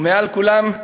ומעל כולם,